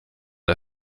der